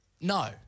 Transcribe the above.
No